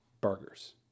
burgers